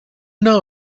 know